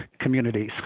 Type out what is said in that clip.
communities